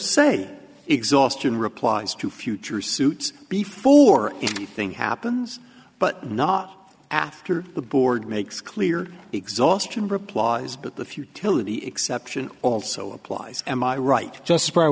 say exhaustion replies to future suits before anything happens but not after the board makes clear exhaustion replies but the futility exception also applies am i right just